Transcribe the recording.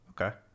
Okay